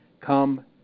come